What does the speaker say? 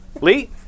Lee